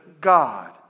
God